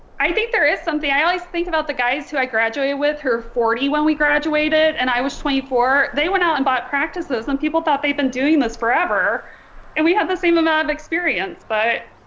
i think there is something i always think about the guys who i graduated with her forty when we graduated and i was twenty four they went out and bought practices some people thought they've been doing this forever and we had the same amount of experience but